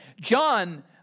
John